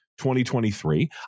2023